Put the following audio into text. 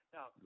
Now